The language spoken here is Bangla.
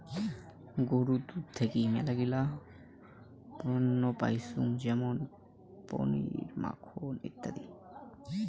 গরুর দুধ থাকি মেলাগিলা পণ্য পাইচুঙ যেমন পনির, মাখন ইত্যাদি